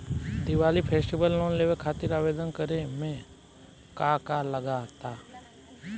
Diwali festival loan लेवे खातिर आवेदन करे म का का लगा तऽ?